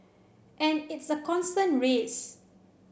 and it's a constant race